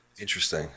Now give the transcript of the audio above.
Interesting